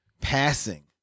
passing